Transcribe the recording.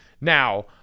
Now